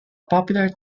popular